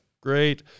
great